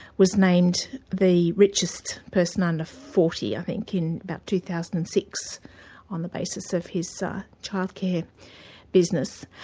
was named the richest person under forty i think in about two thousand and six on the basis of his ah childcare business.